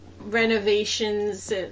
renovations